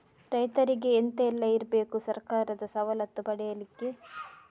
ರೈತರಿಗೆ ಎಂತ ಎಲ್ಲ ಇರ್ಬೇಕು ಸರ್ಕಾರದ ಸವಲತ್ತು ಪಡೆಯಲಿಕ್ಕೆ?